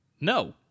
No